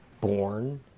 born